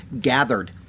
gathered